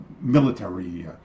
military